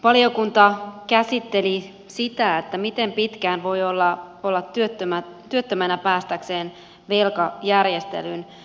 valiokunta käsitteli sitä miten pitkään voi olla työttömänä päästäkseen velkajärjestelyyn